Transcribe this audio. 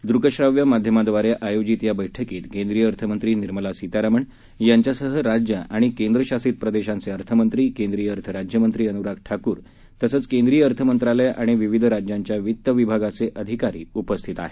दृक श्राव्य माध्यमाद्वारे आयोजित या बैठकीत केंद्रीय अर्थमंत्री निर्मला सीतारामन यांच्यासह राज्य आणि केंद्रशासित प्रदेशांचे अर्थमंत्री केंद्रीय अर्थराज्यमंत्री अनुराग ठाकूर तसंच केंद्रीय अर्थमंत्रालय आणि विविध राज्यांच्या वित्त विभागाचे अधिकारी उपस्थित आहेत